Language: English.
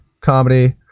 comedy